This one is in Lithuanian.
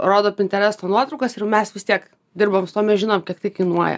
rodo pinteresto nuotraukas ir mes vis tiek dirbam su tuo mes žinome kad tai kainuoja